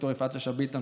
ד"ר יפעת שאשא ביטון,